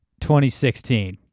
2016